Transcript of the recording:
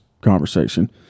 conversation